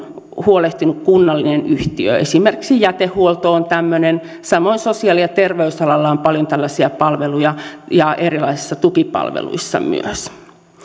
huolehtinut kunnallinen yhtiö esimerkiksi jätehuolto on tämmöinen samoin sosiaali ja terveysalalla on paljon tällaisia palveluja ja erilaisissa tukipalveluissa myös